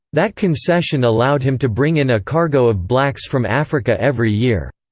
that concession allowed him to bring in a cargo of blacks from africa every year,